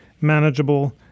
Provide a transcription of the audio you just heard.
manageable